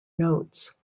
notes